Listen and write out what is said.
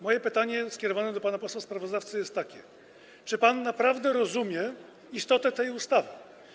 Moje pytanie skierowane do pana posła sprawozdawcy jest takie: Czy pan naprawdę rozumie istotę tej ustawy?